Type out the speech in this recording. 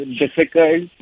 difficult